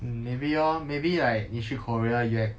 mm maybe lor maybe like 你去 korea you at